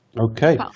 Okay